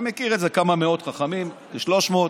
אתה מכיר את זה, כמה מאות חכמים, כ-300.